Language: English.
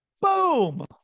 boom